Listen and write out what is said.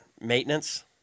maintenance